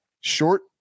Short